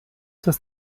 das